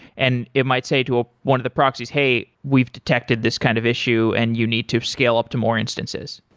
and it might say to ah one of the proxies, hey, we've detected this kind of issue and you need to scale up to more instances.